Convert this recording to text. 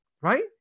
Right